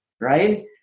right